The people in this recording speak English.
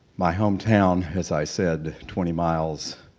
my hometown, as i said, twenty miles,